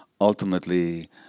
ultimately